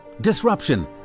disruption